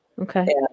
Okay